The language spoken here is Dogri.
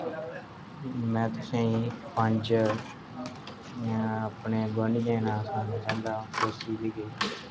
में तुसेंई पंज अपने गुआंढियें दे नांऽ सनाना चाह्न्दा पड़ोसी जेह्के